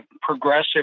progressive